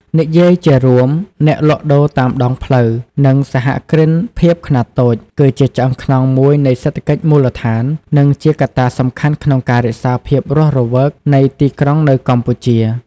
និយាយជារួម អ្នកលក់ដូរតាមដងផ្លូវ និងសហគ្រិនភាពខ្នាតតូច គឺជាឆ្អឹងខ្នងមួយនៃសេដ្ឋកិច្ចមូលដ្ឋាន និងជាកត្តាសំខាន់ក្នុងការរក្សាភាពរស់រវើកនៃទីក្រុងនៅកម្ពុជា ។